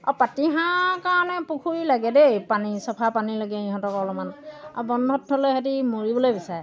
আৰু পাতিহাঁহৰ কাৰণে পুখুৰী লাগে দেই পানী চফা পানী লাগে ইহঁতক অলপমান আৰু বন্ধত থ'লে সিঁহতি মৰিবলৈ বিচাৰে